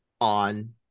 on